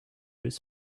his